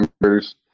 members